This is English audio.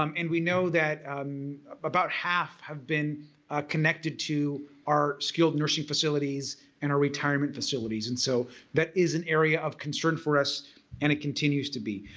um and we know that about half have been connected to our skilled nursing facilities and our retirement facilities and so that is an area of concern for us and it continues to be.